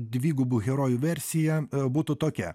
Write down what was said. dvigubų herojų versija būtų tokia